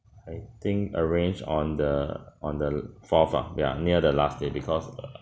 I think arrange on the on the fourth ah ya near the last day because err